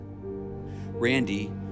Randy